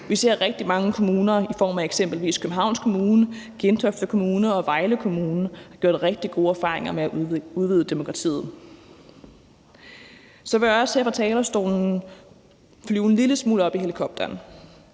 Vi ser, at rigtig mange kommuner, eksempelvis Københavns Kommune, Gentofte Kommune og Vejle Kommune, har gjort sig rigtig gode erfaringer med at udvide demokratiet. Så vil jeg også her fra talerstolen flyve en lille smule op i helikopteren.